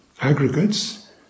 aggregates